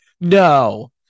No